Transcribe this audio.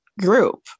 group